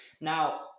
Now